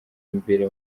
imbere